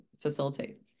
facilitate